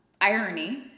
irony